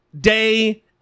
day